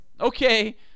Okay